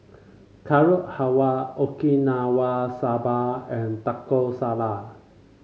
Carrot Halwa Okinawa Soba and Taco Salad